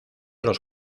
los